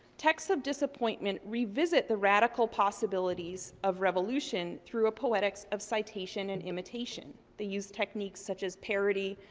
texts of disappointment revisit the radical possibilities of revolution through a poetics of citation and imitation. they used techniques such as parody,